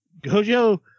Gojo